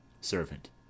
Servant